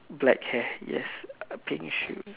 black hair yes uh pink shoes